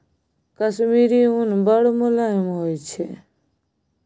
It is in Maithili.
कश्मीरी उन बड़ मोलायम होइ छै